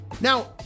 Now